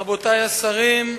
תודה רבה, רבותי השרים,